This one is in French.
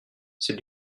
c’est